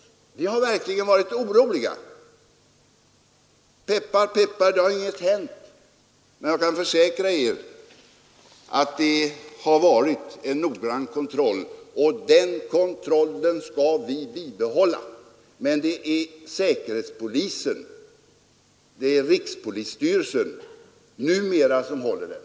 Vi har verkligen varit oroliga. Peppar, peppar! Ingenting har hänt, men jag kan försäkra att det har varit en noggrann kontroll, och den kontrollen skall vi bibehålla. Det är emellertid rikspolisstyrelsen som numera svarar för den.